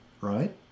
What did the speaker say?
right